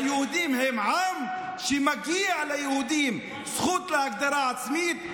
היהודים הם עם שמגיע לו זכות להגדרה עצמית,